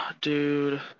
dude